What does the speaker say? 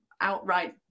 outright